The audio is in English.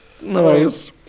Nice